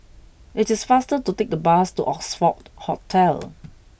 it is faster to take the bus to Oxford Hotel